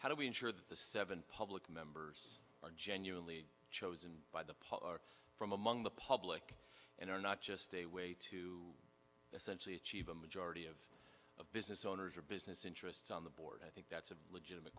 how do we ensure that the seven public members are genuinely chosen by the pool or from among the public and are not just a way to essentially achieve a majority of the business owners or business interests on the board i think that's a legitimate